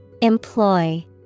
Employ